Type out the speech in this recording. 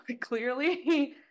clearly